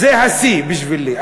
זה השיא בשבילי,